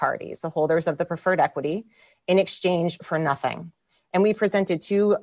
parties the holders of the preferred equity in exchange for nothing and we presented to